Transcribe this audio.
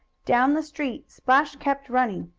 down the street splash kept running.